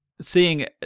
seeing